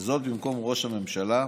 וזאת במקום ראש הממשלה,